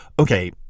Okay